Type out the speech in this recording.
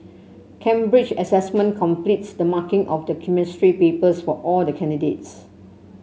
Cambridge Assessment completes the marking of the Chemistry papers for all the candidates